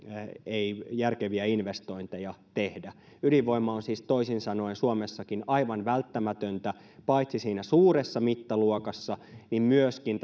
ei järkeviä investointeja tehdä ydinvoima on siis toisin sanoen suomessakin aivan välttämätöntä paitsi siinä suuressa mittaluokassa myöskin